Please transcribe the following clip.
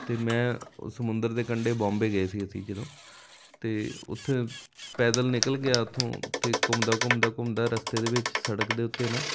ਅਤੇ ਮੈਂ ਉਹ ਸਮੁੰਦਰ ਦੇ ਕੰਢੇ ਬੋਮਬੇ ਗਏ ਸੀ ਅਸੀਂ ਜਦੋਂ ਅਤੇ ਉੱਥੇ ਪੈਦਲ ਨਿਕਲ ਗਿਆ ਉੱਥੋਂ ਅਤੇ ਘੁੰਮਦਾ ਘੁੰਮਦਾ ਘੁੰਮਦਾ ਰਸਤੇ ਦੇ ਵਿੱਚ ਸੜਕ ਦੇ ਉੱਤੇ ਨਾ